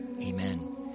Amen